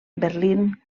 berlín